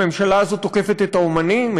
הממשלה הזאת תוקפת את האמנים,